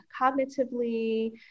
cognitively